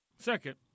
Second